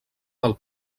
del